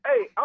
Hey